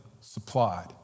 supplied